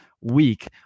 week